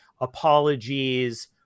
apologies